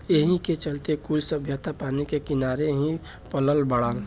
एही के चलते कुल सभ्यता पानी के किनारे ही पलल बढ़ल